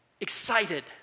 excited